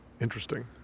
Interesting